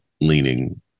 leaning